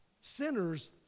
Sinners